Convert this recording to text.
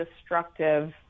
destructive